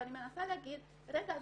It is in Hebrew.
ואני מנסה להגיד "רגע,